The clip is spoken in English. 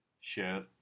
share